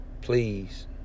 please